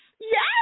yes